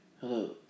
Hello